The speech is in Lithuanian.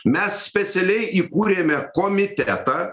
mes specialiai įkūrėme komitetą